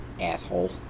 Asshole